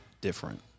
different